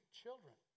children